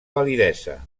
validesa